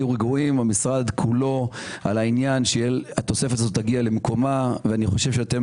היו רגועים - המשרד כולו על העניין שהתוספת הזו תגיע למקומה ואתם